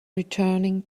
returning